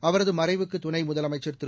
அவரது மறைவுக்கு துணை முதலமைச்சர் திரு